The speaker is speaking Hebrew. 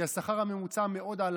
כי השכר הממוצע עלה מאוד.